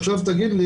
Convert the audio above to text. עכשיו תגיד לי,